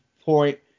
point